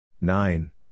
Nine